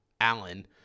Allen